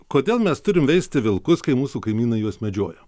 kodėl mes turim veisti vilkus kai mūsų kaimynai juos medžioja